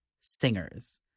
singers